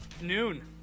noon